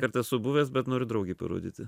kartą esu buvęs bet noriu draugei parodyti